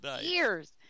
Years